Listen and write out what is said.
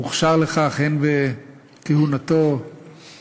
הוא הוכשר לכך בכהונתו הכפולה